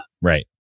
Right